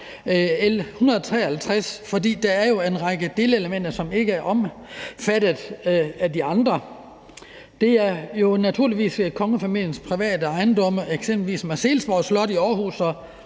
for der er en række delelementer, som ikke var omfattet af L 154 – det gælder f.eks. kongefamiliens private ejendomme som eksempelvis Marselisborg Slot i Aarhus,